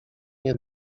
nie